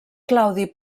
claudi